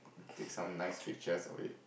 take some nice pictures of it